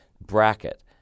bracket